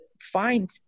find